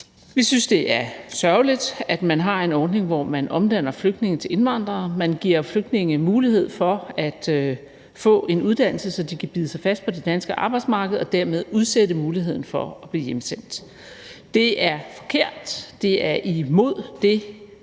Vi synes, det er sørgeligt, at man har en ordning, hvor man omdanner flygtninge til indvandrere, for man giver flygtninge mulighed for at få en uddannelse, så de kan bide sig fast på det danske arbejdsmarked og dermed udsætte muligheden for at blive hjemsendt. Det er forkert. Det er imod det